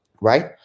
right